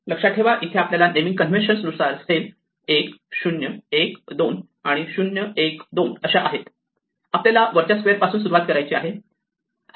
लक्षात ठेवा इथे आपल्या नेमींग कन्व्हेन्शन नुसार सेल 1 0 1 2 आणि 0 1 2 अशा आहेत आपल्याला वरच्या स्वेअर पासून सुरुवात करायची आहे